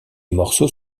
morceaux